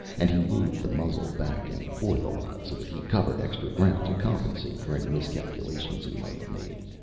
and he moved the muzzle back and forth a lot so that he covered extra ground to compensate for any miscalculations he might have made.